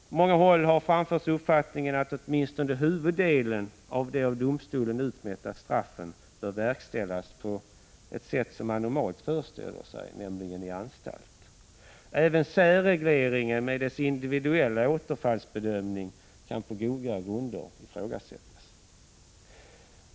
På många håll har den uppfattningen hävdats att åtminstone huvuddelen av de av domstolen avmätta straffen bör verkställas på det sätt som man normalt föreställer sig, nämligen i anstalt. Även särregleringen, med sin individuella återfallsbedömning, kan på goda grunder ifrågasättas.